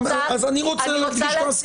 אז אני רוצה להדגיש את ההסכמה.